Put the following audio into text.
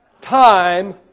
time